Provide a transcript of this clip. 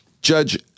Judge